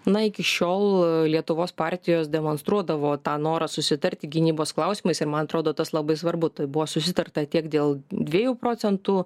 na iki šiol lietuvos partijos demonstruodavo tą norą susitarti gynybos klausimais ir man atrodo tas labai svarbu tai buvo susitarta tiek dėl dviejų procentų